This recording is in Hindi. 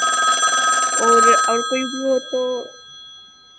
और और कोई भी हो तो